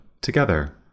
together